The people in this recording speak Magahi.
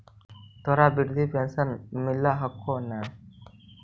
तोहरा वृद्धा पेंशन मिलहको ने?